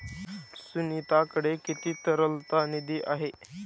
सुनीताकडे किती तरलता निधी आहे?